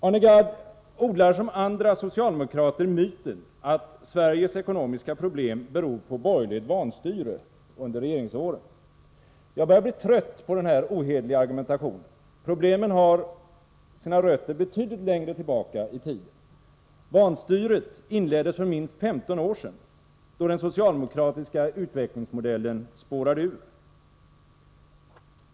Arne Gadd odlar liksom andra socialdemokrater myten att Sveriges ekonomiska problem beror på borgerligt vanstyre under regeringsåren. Jag börjar bli trött på den här ohederliga argumentationen. Problemen har sina rötter betydligt längre tillbaka i tiden. Vanstyret inleddes för minst 15 år sedan, då den socialdemokratiska utvecklingsmodellen spårade ur.